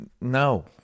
No